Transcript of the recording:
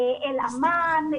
אל עמאן.